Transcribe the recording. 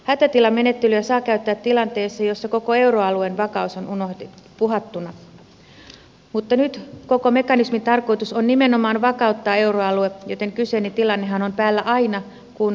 hätätilamenettelyä saa käyttää tilanteessa jossa koko euroalueen vakaus on uhattuna mutta nyt koko mekanismin tarkoitus on nimenomaan vakauttaa euroalue joten kyseinen tilannehan on päällä aina kun evmää käytetään